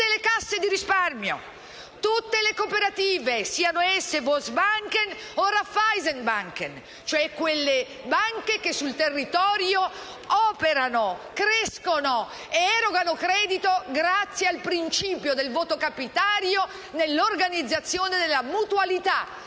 le casse di risparmio, tutte le cooperative, siano esse *Volksbank* o *Raiffeisenbank*, cioè quelle banche che sul territorio operano, crescono ed erogano credito grazie al principio del voto capitario nell'organizzazione della mutualità,